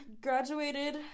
graduated